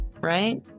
right